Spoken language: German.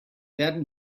werden